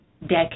decade